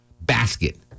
basket